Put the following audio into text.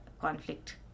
conflict